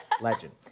legend